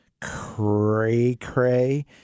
cray-cray